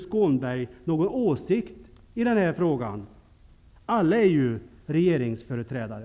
Skånberg någon åsikt i den här frågan? Alla är ju regeringsföreträdare.